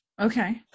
Okay